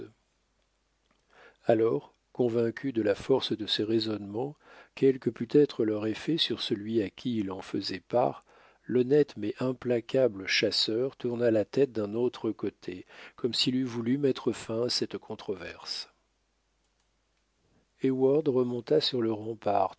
alors convaincu de la force de ses raisonnements quel que pût être leur effet sur celui à qui il en faisait part l'honnête mais implacable chasseur tourna la tête d'un autre côté comme s'il eût voulu mettre fin à cette controverse heyward remonta sur le rempart